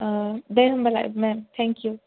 औ दे होनबालाय मेम थेंकइउ